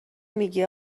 میگی